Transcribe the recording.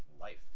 life